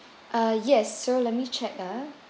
ah yes so let me check ah